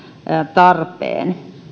tarpeen